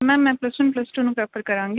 ma'am ਮੈਂ plus one plus two ਨੂੰ prefer ਕਰਾਂਗੀ